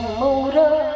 motor